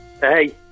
Hey